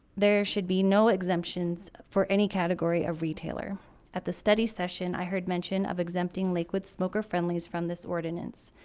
there should be no exemptions for any category of retailer at the study session i heard mention of exempting liquid smoker friendly's from this ordinance.